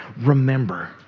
remember